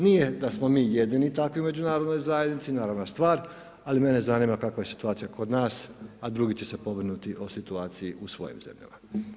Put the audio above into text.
Nije da smo mi jedini takvi u Međunarodnoj zajednici naravna stvar ali mene zanima kakva je situacija kod nas a drugi će se pobrinuti o situaciji u svojim zemljama.